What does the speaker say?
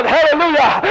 Hallelujah